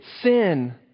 sin